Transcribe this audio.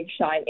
Shine